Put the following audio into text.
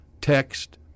text